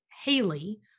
HALEY